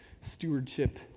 stewardship